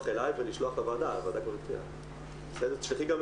אנחנו בעצם נמצאים בסדר גודל -- מתחילת החודש,